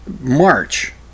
March